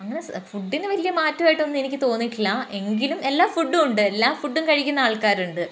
അങ്ങിനെ ഫുഡിന് വലിയ മാറ്റായിട്ടൊന്നും എനിക്ക് തോന്നിയിട്ടില്ല എങ്കിലും എല്ലാ ഫുഡും ഒണ്ട് എല്ലാ ഫുഡും കഴിക്കുന്ന ആൾക്കാരുണ്ട്